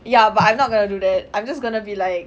ya but I'm not going to do that I'm just going to be like